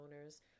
owners